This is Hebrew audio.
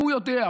והוא יודע,